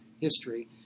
history